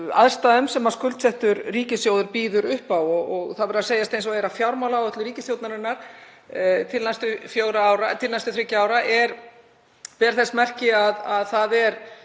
aðstæðum sem skuldsettur ríkissjóður býður upp á. Það verður að segjast eins og er að fjármálaáætlun ríkisstjórnarinnar til næstu þriggja ára ber þess merki að það er